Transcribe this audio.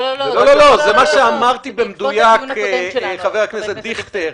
זה מה שאמרתי במדויק, חבר הכנסת דיכטר.